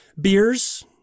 beers